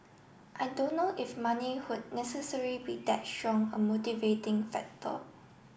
I don't know if money would necessary be that strong a motivating factor